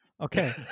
Okay